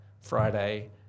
Friday